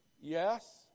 Yes